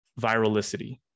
viralicity